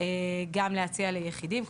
גם להציע ליחידים,